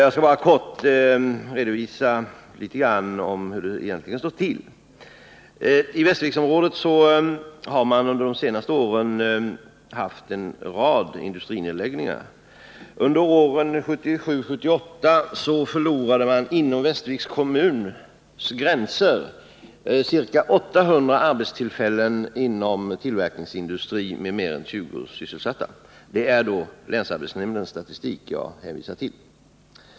Jag skall nu bara lämna en kort redovisning av hur det egentligen står till. I Västerviksområdet har man under de senaste åren haft en rad industrinedläggningar. Under åren 1977 och 1978 förlorade man inom Västerviks kommuns gränser ca 800 arbetstillfällen inom tillverkningsindustrin, vid företag med fler än 20 sysselsatta. Det är ur länsarbetsnämndens statistik som jag hämtat dessa uppgifter.